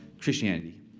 Christianity